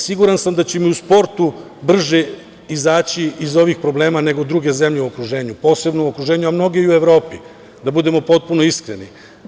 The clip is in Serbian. Siguran sam da ćemo i u sportu brže izaći iz ovih problema nego druge zemlje u okruženju, posebno u okruženju, a mnoge i u Evropi, da budemo potpuno iskreni.